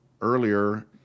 earlier